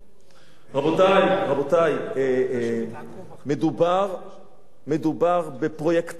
רבותי, מדובר בפרויקט חצוף,